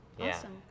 Awesome